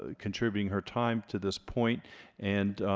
ah contributing her time to this point and